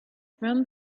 from